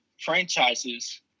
franchises